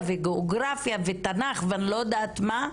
וגיאוגרפיה ותנ"ך ואני לא יודעת מה,